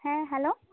ᱦᱮᱸ ᱦᱮᱞᱳ